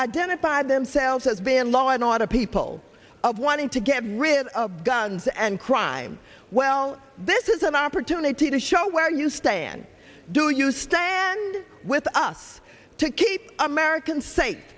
identify themselves as being a lot of people of wanting to get rid of guns and crime well this is an opportunity to show where you stand do you stand with us to keep americans safe